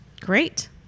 great